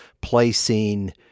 placing